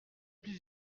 plus